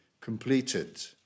completed